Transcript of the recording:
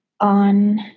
on